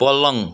पलङ